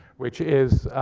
which is,